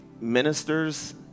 ministers